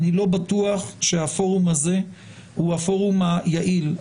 אני לא בטוח שהפורום הזה הוא הפורום היעיל.